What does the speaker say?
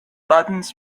buttons